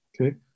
Okay